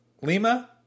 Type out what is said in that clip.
Lima